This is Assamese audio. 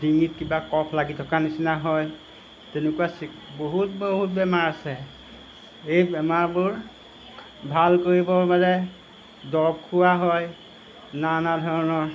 ডিঙিত কিবা কফ লাগি থকা নিচিনা হয় তেনেকুৱা বহুত বহুত বেমাৰ আছে এই বেমাৰবোৰ ভাল কৰিবৰ মানে দৰৱ খুওৱা হয় নানা ধৰণৰ